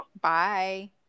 Bye